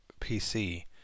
PC